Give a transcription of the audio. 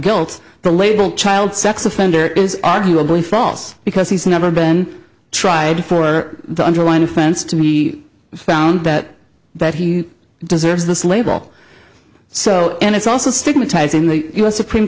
guilt the label child sex offender is arguably false because he's never been tried for the underlying offense to be found that that he deserves this label so and it's also stigmatized in the us supreme